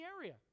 area